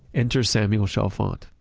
enter samuel chalfant,